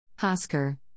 Hosker